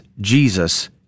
Jesus